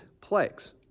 plagues